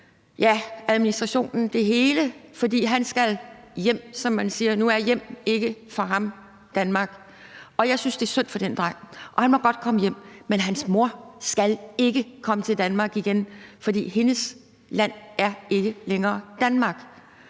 administrationen og det hele, fordi han skal hjem, som man siger. Nu er »hjem« for ham jo ikke Danmark. Jeg synes, det er synd for den dreng, og han må godt komme hjem, men hans mor skal ikke komme til Danmark igen, for hendes land er ikke længere Danmark.